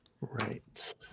right